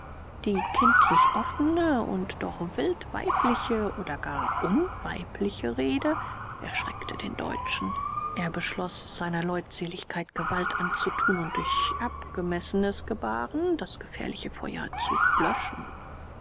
die kindlich offne und doch wild weibliche oder gar unweibliche rede erschreckte den deutschen er beschloß seiner leutseligkeit gewalt anzutun und durch abgemessenes gebahren das gefährliche feuer zu löschen